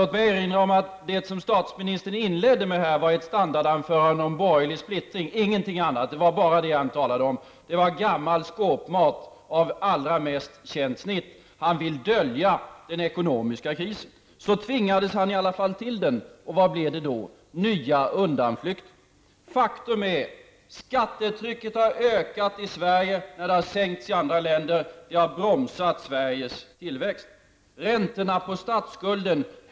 Låt mig erinra om att det som statsministern inledde med var ett standardanförande om borgerlig splittring, ingenting annat. Det var bara det han talade om. Det var gammal skåpmat av allra mest känt snitt. Han vill dölja den ekonomiska krisen. Så tvingades han i alla fall till att säga något om den, och vad blev det då? Jo, nya undanflykter. Faktum är att skattetrycket har ökat i Sverige, när det har sänkts i andra länder, och det har bromsat tillväxten i Sverige. Så var det räntorna på statsskulden.